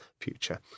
future